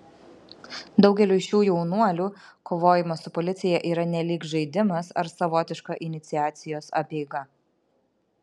daugeliui šių jaunuolių kovojimas su policija yra nelyg žaidimas ar savotiška iniciacijos apeiga